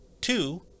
Two